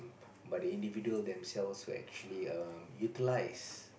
but the individual themselves who actually um utilize